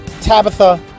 Tabitha